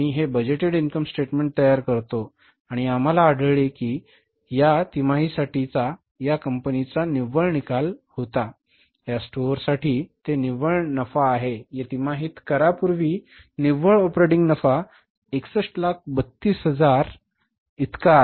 आम्ही हे budgeted income statement तयार करतो आणि आम्हाला आढळले की हा या तिमाहीसाठीचा या कंपनीचा निव्वळ निकाल होता या स्टोअरसाठी ते निव्वळ नफा आहे या तिमाहीत करापूर्वी निव्वळ ऑपरेटिंग नफा 61320000 इतका आहे